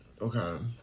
Okay